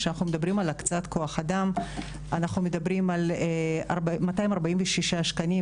כשאנחנו מדברים על הקצאת כוח אדם אנחנו מדברים על 246 תקנים,